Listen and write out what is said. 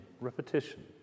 repetition